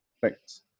thanks